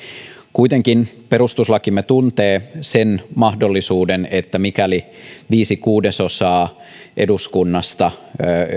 kuitenkin perustuslakimme tuntee sen mahdollisuuden että mikäli viisi kuudesosaa eduskunnasta